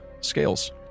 scales